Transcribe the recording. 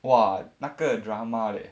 !wah! 那个 drama leh